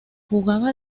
jugaba